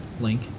link